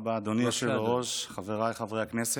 תודה רבה, אדוני היושב-ראש, חבריי חברי הכנסת.